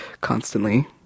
constantly